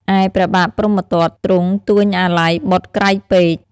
ឯព្រះបាទព្រហ្មទត្តទ្រង់ទួញអាល័យបុត្រក្រៃពេក។